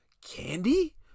candy